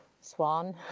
swan